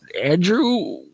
Andrew